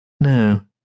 No